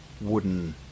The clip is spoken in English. wooden